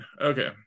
Okay